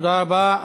תודה רבה.